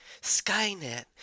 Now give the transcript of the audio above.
skynet